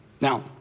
Now